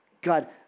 God